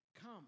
Come